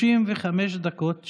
35 דקות שלמות.